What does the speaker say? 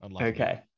Okay